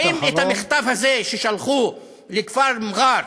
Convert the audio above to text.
האם את המכתב הזה ששלחו לכפר מע'אר